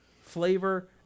flavor